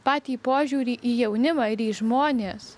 patį požiūrį į jaunimą ir į žmones